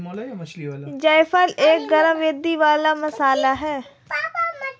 जायफल एक गरम प्रवृत्ति वाला मसाला है